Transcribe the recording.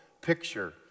picture